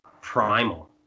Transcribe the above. primal